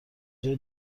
جای